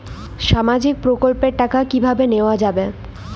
সামাজিক প্রকল্পের টাকা কিভাবে নেওয়া যাবে?